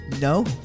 No